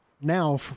now